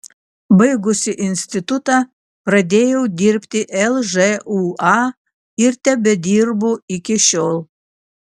baigusi institutą pradėjau dirbti lžūa ir tebedirbu iki šiol